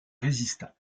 résista